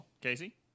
Casey